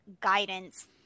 guidance